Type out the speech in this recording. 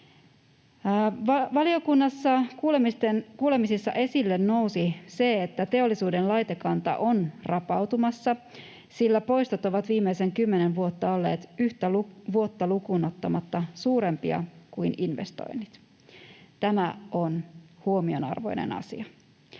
Valiokunnassa kuulemisissa esille nousi se, että teollisuuden laitekanta on rapautumassa, sillä poistot ovat viimeisen 10 vuotta olleet yhtä vuotta lukuun ottamatta suurempia kuin investoinnit. Tämä on huomionarvoinen asia.